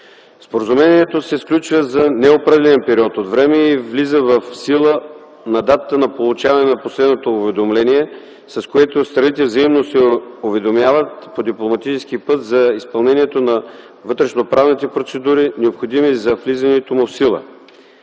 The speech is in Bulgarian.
Споразумението се сключва за неопределен период от време и влиза в сила на датата на получаване на последното уведомление, с което страните взаимно се уведомяват по дипломатически път за изпълнението на вътрешноправните процедури, необходими за влизането му в сила.